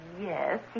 Yes